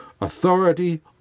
authority